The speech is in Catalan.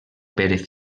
pérez